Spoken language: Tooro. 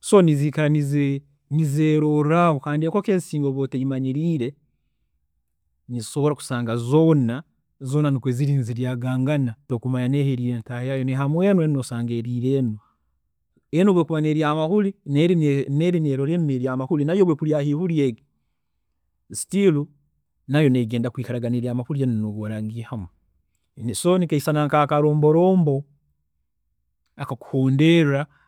So niziikara nizee nizeelorraho kandi enkoko ezi singa oba otazimanyiriire, nizisobola kusanga zoona nikwe ziiri zoona zoona niziryan ga'ngana, tokumanya neeha eriire ntaahi yayo noihamu enu eri nosanga eriire enu, enu obu ekuba neerya amahuri neeri nerola enu nerya amahuri nayo obu okwiihayo ihuri egi, still, nayo negenda kwikaraga neerya amahuri enu nobu oraagihamu, so nikeisana nka akaroomboroombo ak'okuhondeerra.